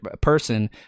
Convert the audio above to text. Person